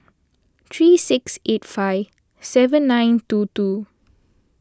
three six eight five seven nine two two